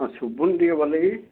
ହଁ ଶୁଭୁନି ଟିକେ ଭଲ କି